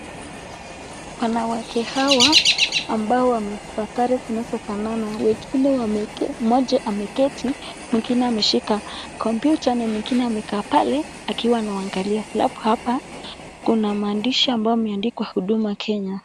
Wanawake hawa ambao wamevaa sare zinazofanana. Mmoja ameketi mwingine ameshika kompyuta na mwingine amekaa pale akiwa anawaangalia alafu hapa kuna maandishi ambayo yameandikwa huduma Kenya.